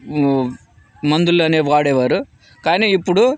ఊ మందులు అనేవి వాడేవారు కానీ ఇప్పుడు